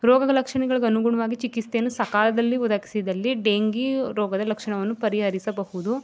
ರೋಗದ ಲಕ್ಷಣಗಳ್ಗೆ ಅನುಗುಣವಾಗಿ ಚಿಕಿತ್ಸೆಯನ್ನು ಸಕಾಲದಲ್ಲಿ ಒದಗಿಸಿದಲ್ಲಿ ಡೆಂಗೀ ರೋಗದ ಲಕ್ಷಣವನ್ನು ಪರಿಹರಿಸಬಹುದು